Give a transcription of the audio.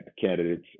candidates